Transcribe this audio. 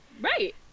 Right